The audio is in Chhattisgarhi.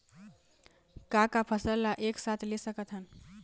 का का फसल ला एक साथ ले सकत हन?